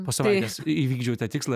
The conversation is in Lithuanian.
po savaitės įvykdžiau tą tikslą